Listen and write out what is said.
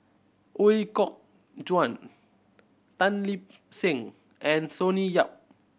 Ooi Kok Chuen Tan Lip Seng and Sonny Yap